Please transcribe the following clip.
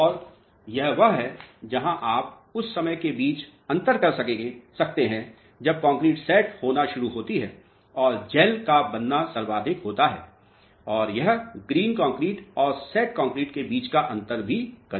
और यह वह है जहां आप उस समय के बीच अंतर कर सकते हैं जब कंक्रीट सेट होना शुरू होती हैं और जैल का बनना सर्वाधिक होता हैं और यह ग्रीन कंक्रीट और सेट कंक्रीट के बीच अंतर भी करेगा